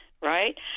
right